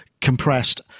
compressed